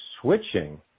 switching